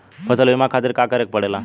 फसल बीमा खातिर का करे के पड़ेला?